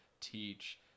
teach